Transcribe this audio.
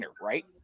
right